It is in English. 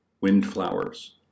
windflowers